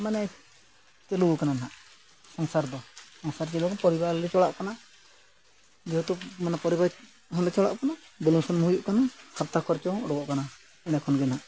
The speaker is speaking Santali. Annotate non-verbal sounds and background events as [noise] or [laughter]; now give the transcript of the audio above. ᱢᱟᱱᱮ ᱪᱟᱹᱞᱩ ᱟᱠᱟᱱᱟ ᱱᱟᱦᱟᱸᱜ ᱥᱚᱝᱥᱟᱨ ᱫᱚ ᱥᱚᱝᱥᱟᱨ ᱪᱟᱹᱞᱩ [unintelligible] ᱯᱚᱨᱤᱵᱟᱨ ᱞᱮ ᱪᱟᱞᱟᱜ ᱠᱟᱱᱟ ᱡᱮᱦᱮᱛᱩ ᱢᱟᱱᱮ ᱯᱚᱨᱤᱵᱟᱨ ᱦᱚᱸᱞᱮ ᱪᱟᱞᱟᱜ ᱠᱟᱱᱟ ᱵᱩᱞᱩᱝ ᱥᱩᱱᱩᱢ ᱦᱩᱭᱩᱜ ᱠᱟᱱᱟ ᱦᱟᱯᱛᱟ ᱠᱷᱚᱨᱪᱟ ᱦᱚᱸ ᱩᱰᱩᱠᱚᱜ ᱠᱟᱱᱟ ᱮᱰᱮᱠᱷᱚᱱ ᱜᱮ ᱱᱟᱦᱟᱸᱜ